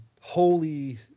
Holy